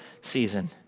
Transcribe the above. season